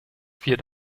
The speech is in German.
vier